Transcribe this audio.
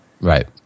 Right